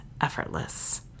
effortless